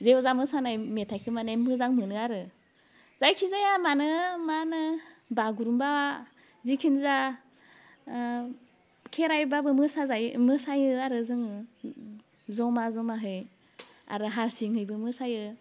जेवजा मोसानाय मेथाइखो मानि मोजां मोनो आरो जायखि जाया मानो मा होनो बागुरुम्बा जेखिनि जा खेराइबाबो मोसा जायो मोसायो आरो जोङो जमा जमाहै आरो हारसिङैबो मोसायो